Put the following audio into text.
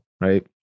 Right